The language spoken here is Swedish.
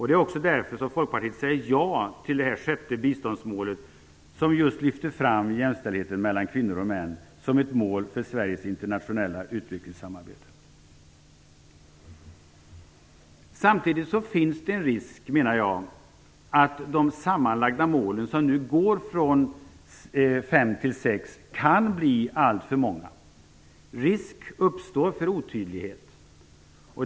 Det är också därför som Folkpartiet säger ja till ett sjätte biståndsmål, som just lyfter fram jämställdheten mellan kvinnor och män som ett mål för Sveriges internationella utvecklingssamarbete. Samtidigt finns det en risk, menar jag, att de sammanlagda målen, som nu går från fem till sex, kan bli alltför många. Risk uppstår för otydlighet.